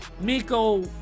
Miko